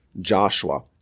Joshua